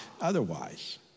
otherwise